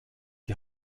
die